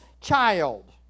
child